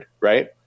right